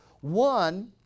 one